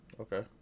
okay